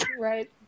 right